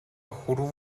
хүрэв